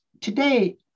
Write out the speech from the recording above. today